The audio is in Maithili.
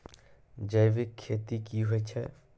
जैविक खेती की होय छै?